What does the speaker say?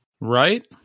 Right